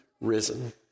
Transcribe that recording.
risen